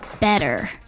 Better